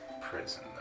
prison